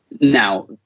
Now